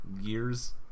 years